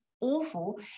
awful